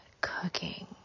cooking